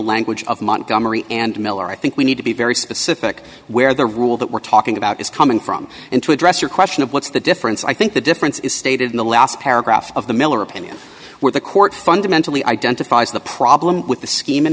language of montgomery and miller i think we need to be very specific where the rule that we're talking about is coming from and to address your question of what's the difference i think the difference is stated in the last paragraph of the miller opinion where the court fundamentally identifies the problem with the scheme